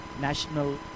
national